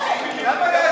הוא עמד, למה הוא רע?